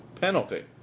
penalty